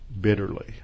bitterly